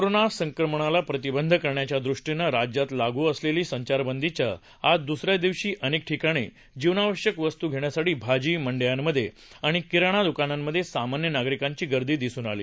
corona संक्रमणाला प्रतिबंध करण्याच्या दृष्टीनं राज्यात लागू असलेल्या संचारबंदीच्या आज द्सऱ्या दिवशी अनेक ठिकाणी जीवनावश्यक वस्तू घेण्यासाठी भाजी मांडयांमध्ये आणि किराणा द्कानांमध्ये सामान्य नागरिकांची गर्दी दिसून आली